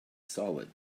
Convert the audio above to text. solid